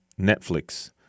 Netflix